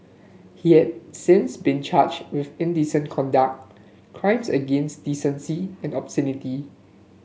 he has since been charged with indecent conduct crimes against decency and obscenity